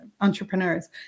entrepreneurs